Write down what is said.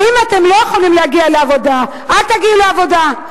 אם אתם לא יכולים להגיע לעבודה, אל תגיעו לעבודה.